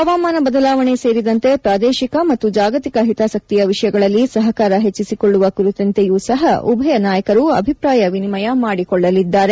ಹವಾಮಾನ ಬದಲಾವಣೆ ಸೇರಿದಂತೆ ಪ್ರಾದೇಶಿಕ ಮತ್ತು ಜಾಗತಿಕ ಹಿತಾಸಕ್ತಿಯ ವಿಷಯಗಳಲ್ಲಿ ಸಹಕಾರ ಹೆಚ್ಚಿಸಿಕೊಳ್ಳುವ ಕುರಿತಂತೆಯೂ ಸಹ ಉಭಯ ನಾಯಕರು ಅಭಿಪ್ರಾಯ ವಿನಿಮಯ ಮಾಡಿಕೊಳ್ಳಲಿದ್ದಾರೆ